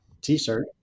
t-shirt